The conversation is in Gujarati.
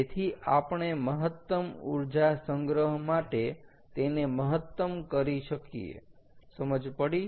જેથી આપણે મહત્તમ ઊર્જા સંગ્રહ માટે તેને મહત્તમ કરી શકીએ સમજ પડી